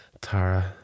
Tara